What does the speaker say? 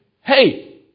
Hey